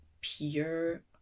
pure